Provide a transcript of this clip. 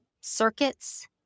circuits